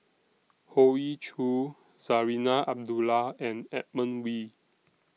Hoey Choo Zarinah Abdullah and Edmund Wee